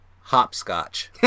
Hopscotch